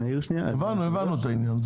הבנו את העניין.